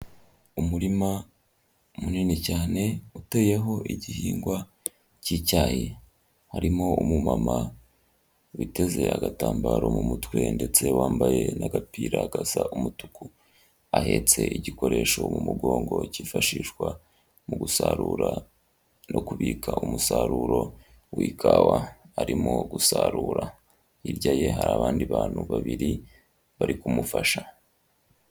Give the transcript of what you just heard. Umurima munini cyane, uteyeho igihingwa cy'icyayi. Harimo umumama witeze agatambaro mu mutwe ndetse wambaye n'agapira agasa umutuku. Ahetse igikoresho mu mugongo cyifashishwa mu gusarura no kubika umusaruro w'ikawa. Arimo gusarura, hirya ye hari abandi bantu babiri bari kumufasha.